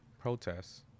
protests